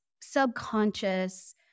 subconscious